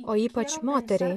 o ypač moteriai